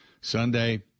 Sunday